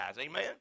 amen